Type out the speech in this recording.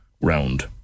round